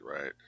right